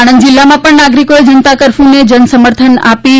આણંદ જિલ્લામાં પણ નાગરિકોએ જનતા કરફયુને જનસમર્થન આપી હતી